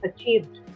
achieved